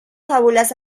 fábulas